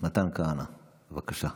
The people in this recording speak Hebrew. מתן כהנא, בבקשה.